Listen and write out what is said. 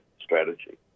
strategy